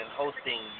hosting